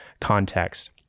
context